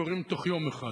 קורים בתוך יום אחד,